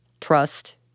trust